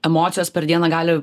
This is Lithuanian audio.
emocijos per dieną gali